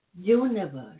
universe